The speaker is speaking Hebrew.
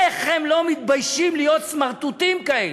איך הם לא מתביישים להיות סמרטוטים כאלה?